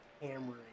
hammering